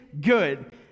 good